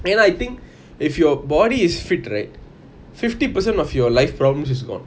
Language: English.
then I think if your body is fit right fifty percent of your life problems is gone